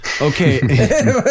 Okay